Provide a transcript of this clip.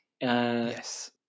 Yes